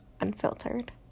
unfiltered